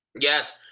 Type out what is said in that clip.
Yes